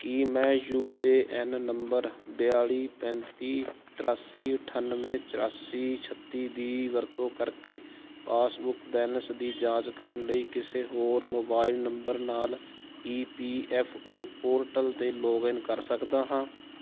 ਕੀ ਮੈਂ U A N ਨੰਬਰ ਬਤਾਲੀ ਪੈਂਤੀ ਤਰਾਸੀ ਅਠਾਨਵੇਂ ਚੁਰਾਸੀ ਛੱਤੀ ਦੀ ਵਰਤੋਂ ਕਰਕੇ ਪਾਸਬੁੱਕ ਬੈਲੇਂਸ ਦੀ ਜਾਂਚ ਕਰਨ ਲਈ ਕਿਸੇ ਹੋਰ ਮੋਬਾਈਲ ਨੰਬਰ ਨਾਲ E P F O portal 'ਤੇ ਲੌਗਇਨ ਕਰ ਸਕਦਾ ਹਾਂ